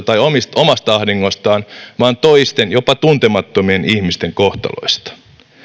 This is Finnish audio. tai omasta ahdingostaan vaan toisten jopa tuntemattomien ihmisten kohtaloista